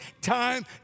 time